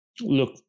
look